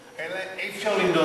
זה לא נהוג,